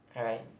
alright